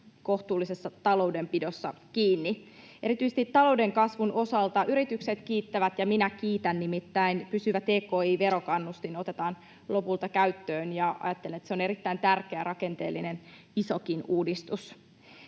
kohtuullisessa taloudenpidossa kiinni. Erityisesti talouden kasvun osalta yritykset kiittävät ja minä kiitän, nimittäin pysyvä tki-verokannustin otetaan lopulta käyttöön, ja ajattelen, että se on erittäin tärkeä rakenteellinen, isokin uudistus.